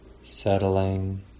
settling